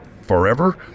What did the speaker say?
forever